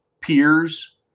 peers